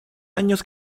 años